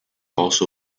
also